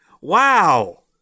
wow